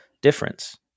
difference